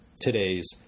today's